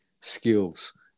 skills